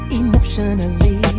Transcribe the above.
emotionally